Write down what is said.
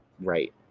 right